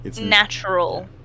natural